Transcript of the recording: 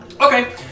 Okay